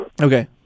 Okay